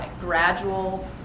gradual